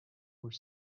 were